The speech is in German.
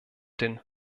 den